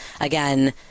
Again